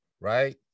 right